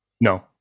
No